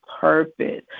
purpose